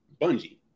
Bungie